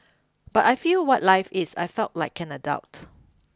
but I feel what life is I felt like an adult